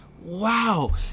Wow